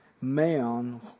man